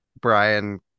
Brian